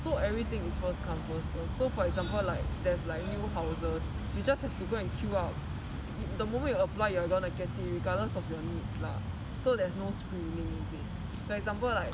so everything is first come first serve so for example like there's like new houses we just have to go and queue up the moment you apply you are gonna get it regardless of your needs lah so there's no screening anything for example like